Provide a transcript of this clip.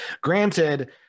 Granted